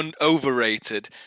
overrated